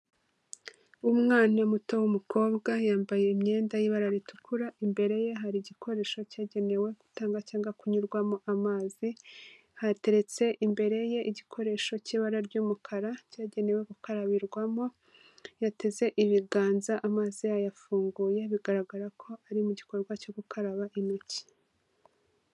Umwana muto w'umukobwa yambaye imyenda y'ibara ritukura imbere ye hari igikoresho cyagenewe gutanga cyangwa kunyurwamo amazi, hateretse imbere ye igikoresho cy'ibara ry'umukara cyagenewe gukarabirwamo, yateze ibiganza amazi yayafunguye bigaragara ko ari mu gikorwa cyo gukaraba intoki.